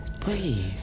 Breathe